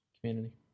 Community